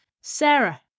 Sarah